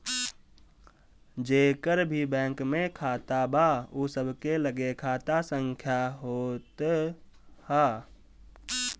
जेकर भी बैंक में खाता बा उ सबके लगे खाता संख्या होत हअ